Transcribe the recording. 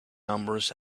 numbers